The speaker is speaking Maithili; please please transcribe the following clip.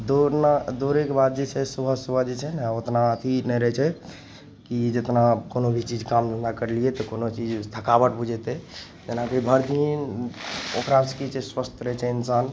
दौड़ना दौड़ैके बाद जे छै सुबह सुबह जे छै ने ओतना अथी नहि रहै छै कि जतना कोनो भी चीज काम धन्धा करलिए तऽ कोनो चीज थकावट बुझेतै जेनाकि वॉलपिन ओकरा सभके कि छै स्वस्थ रहै छै इन्सान